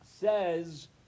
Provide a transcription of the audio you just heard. says